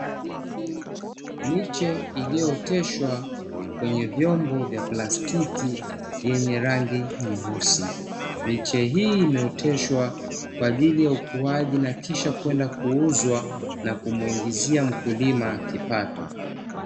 Miche iliyooteshwa kwenye vyombo vya plastiki vyenye rangi nyeusi, miche hii imeoteshwa kwa ajili ya ukuaji na kisha kwenda kuuzwa na kumuingizia mkulima kipato.